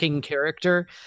character